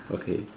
okay